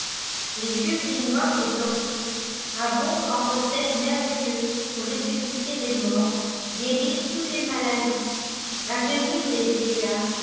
les vieux gpmoires des sorciers abondent en recettes mervuetles pour ressusciter les morts guérir toutes les maladies rajeunir les vieiilsirdy